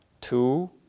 Two